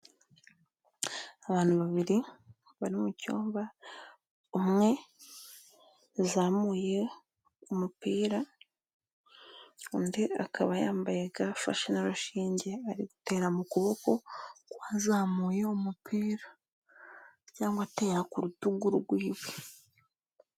Abantu babiri bari mu cyumba umwe yazamuye umupira, undi akaba yambaye ga afashe n'urushinge ari gutera mu kuboko. ku uwazamuye umupira, cyangwa atara ku rutugu rw'iwe.